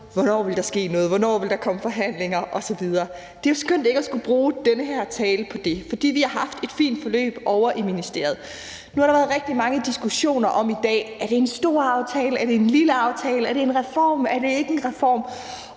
Hvornår ville der ske noget, hvornår ville der komme forhandlinger osv.? Det er jo skønt ikke at skulle bruge den her tale på det, fordi vi har haft et fint forløb ovre i ministeriet. Nu har der været rigtig mange diskussioner i dag om: Er det en stor aftale? Er det en lille aftale? Er det en reform? Er det ikke en reform?